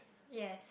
yes